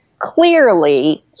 Clearly